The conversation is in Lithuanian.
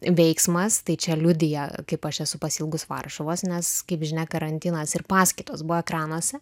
veiksmas tai čia liudija kaip aš esu pasiilgus varšuvos nes kaip žinia karantinas ir paskaitos buvo ekranuose